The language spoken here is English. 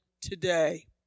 today